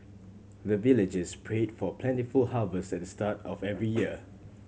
the villagers pray for plentiful harvest at the start of every year